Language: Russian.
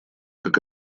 как